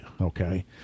okay